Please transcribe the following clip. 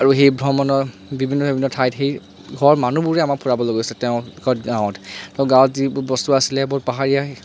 আৰু সেই ভ্ৰমণৰ বিভিন্ন বিভিন্ন ঠাইত সেই ঘৰৰ মনুহবোৰে আমাক ফুৰাব লৈ গৈছিলে তেওঁলোকৰ গাঁৱত তো গাঁৱত যিবোৰ বস্তু আছিলে বহুত পাহাৰীয়া সেই